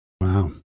Wow